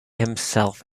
himself